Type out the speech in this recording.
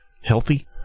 healthy